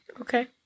Okay